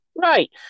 Right